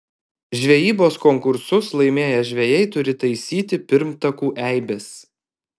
žvejybos konkursus laimėję žvejai turi taisyti pirmtakų eibes